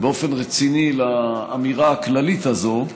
באופן רציני על האמירה הכללית הזו.